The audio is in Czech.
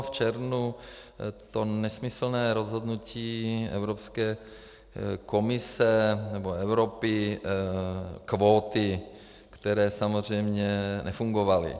V červnu bylo zrušeno to nesmyslné rozhodnutí Evropské komise, nebo Evropy, kvóty, které samozřejmě nefungovaly.